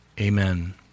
Amen